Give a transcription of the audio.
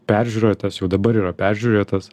peržiūrėtas jau dabar yra peržiūrėtas